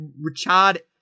Richard